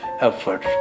effort